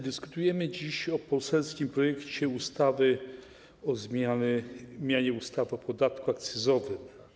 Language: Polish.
Dyskutujemy dziś o poselskim projekcie ustawy o zmianie ustawy o podatku akcyzowym.